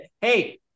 Hey